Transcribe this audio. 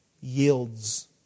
yields